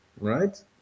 right